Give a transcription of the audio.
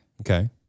Okay